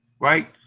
Right